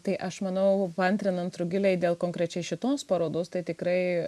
tai aš manau paantrinant rugilei dėl konkrečiai šitos parodos tai tikrai